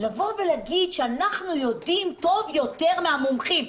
לבוא ולהגיד שאנחנו יודעים טוב יותר מהמומחים.